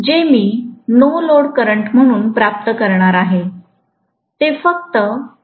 जे मी नोलोडकरंट म्हणून प्राप्त करणार आहे ते फक्त 0